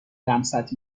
لمست